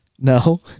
No